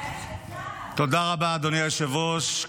תודה רבה, אדוני היושב-ראש.